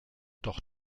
doch